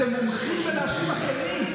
אתם מומחים בלהאשים אחרים.